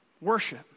worship